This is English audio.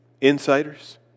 Insiders